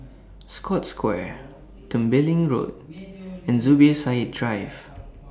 Scotts Square Tembeling Road and Zubir Said Drive